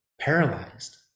Paralyzed